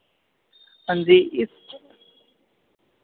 हां जी इस